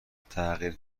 تغییر